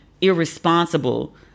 irresponsible